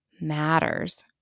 matters